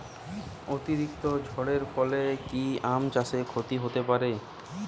অতিরিক্ত ঝড়ের ফলে কি আম চাষে ক্ষতি হতে পারে?